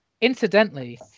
incidentally